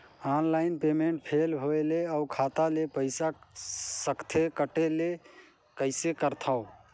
Online payment fail होय ले अउ खाता ले पईसा सकथे कटे ले कइसे करथव?